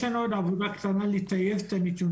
יש לנו עוד עבודה לטייב את הנתונים,